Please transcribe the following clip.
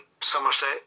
Somerset